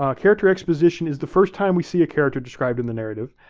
ah character exposition is the first time we see a character described in the narrative.